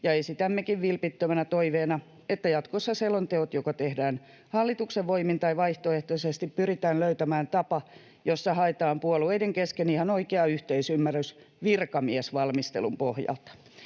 Esitämmekin vilpittömänä toiveena, että jatkossa selonteot joko tehdään hallituksen voimin tai vaihtoehtoisesti pyritään löytämään tapa, jossa haetaan puolueiden kesken ihan oikea yhteisymmärrys virkamiesvalmistelun pohjalta.